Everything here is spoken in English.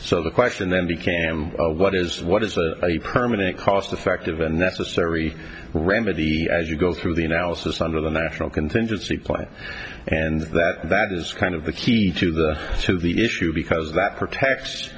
so the question then became what is what is a permanent cost effective and necessary remedy as you go through the analysis under the national contingency plan and that is kind of the key to the to the issue because that prete